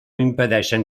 impedeixen